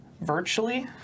Virtually